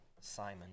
Simon